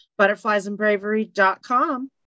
butterfliesandbravery.com